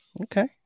Okay